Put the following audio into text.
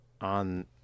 on